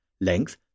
length